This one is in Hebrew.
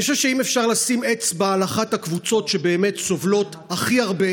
אני חושב שאם אפשר לשים אצבע על אחת הקבוצות שבאמת סובלות הכי הרבה,